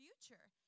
future